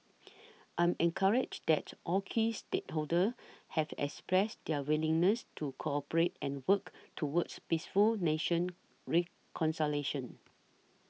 I am encouraged that all key stakeholders have expressed their willingness to cooperate and work towards peaceful national reconciliation